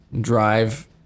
drive